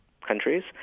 Countries